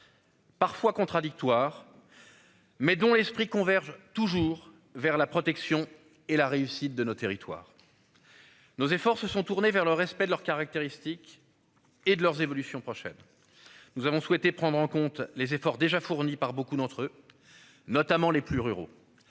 Parfois contradictoires. Mais dont l'esprit convergent toujours vers la protection et la réussite de nos territoires. Nos efforts se sont tournés vers le respect de leurs caractéristiques et de leur évolution prochaine. Nous avons souhaité prendre en compte les efforts déjà fournis par beaucoup d'entre eux. Notamment les plus ruraux.